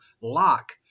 lock